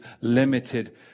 limited